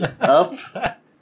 up